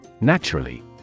Naturally